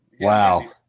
Wow